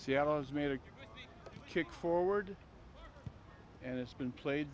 seattle is made to kick forward and it's been played